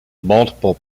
multiple